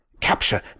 capture